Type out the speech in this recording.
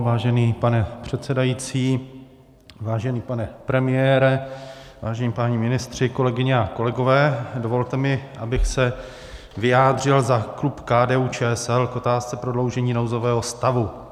Vážený pane předsedající, vážený pane premiére, vážení páni ministři, kolegyně a kolegové, dovolte mi, abych se vyjádřil za klub KDUČSL k otázce prodloužení nouzového stavu.